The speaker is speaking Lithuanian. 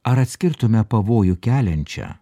ar atskirtume pavojų keliančią